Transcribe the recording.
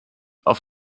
auf